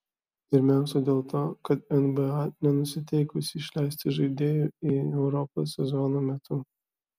pirmiausia dėl to kad nba nenusiteikusi išleisti žaidėjų į europą sezono metu